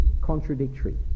contradictory